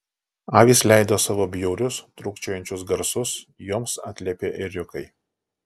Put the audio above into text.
avys leido savo bjaurius trūkčiojančius garsus joms atliepė ėriukai